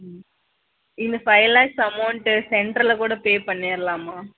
இல்லை five lakhs amount சென்டரில் கூடப் பண்ணிறலாமா